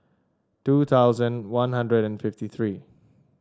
two thousand One Hundred and fifty three